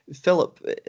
Philip